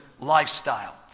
lifestyle